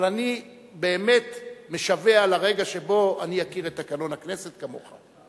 אבל אני באמת משווע לרגע שבו אני אכיר את תקנון הכנסת כמוך.